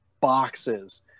boxes